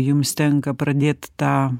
jums tenka pradėt tą